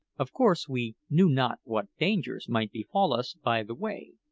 of course we knew not what dangers might befall us by the way,